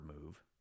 move